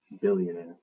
billionaire